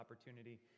opportunity